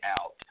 out